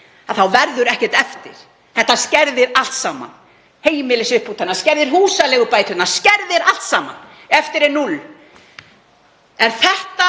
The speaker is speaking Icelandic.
þá verður ekkert eftir. Þetta skerðir allt saman; heimilisuppbótina, húsaleigubæturnar, skerðir allt saman. Eftir er 0. Er þetta